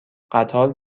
قطار